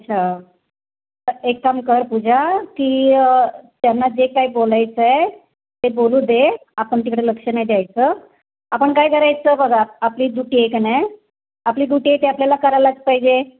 अच्छा तर एक काम कर पूजा की त्यांना जे काही बोलायचं आहे ते बोलू दे आपण तिकडे लक्ष नाही द्यायचं आपण काय करायचं बघा आपली डूटी आहे का नाही आपली डूटी आहे ते आपल्याला करायलाच पाहिजे